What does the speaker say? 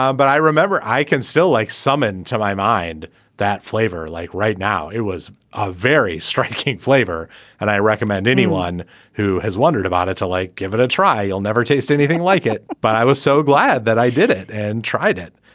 um but i remember i can still like summon to my mind that flavor like right now. it was a very striking flavor and i recommend anyone who has wondered about it to like give it a try you'll never taste anything like it but i was so glad that i did it and tried it.